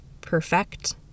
perfect